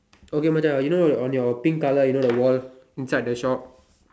okay Macha you know on your pink colour you know the wall inside the shop